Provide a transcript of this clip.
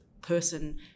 person